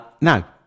now